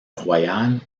royal